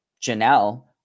Janelle